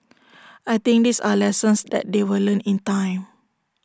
I think these are lessons that they will learn in time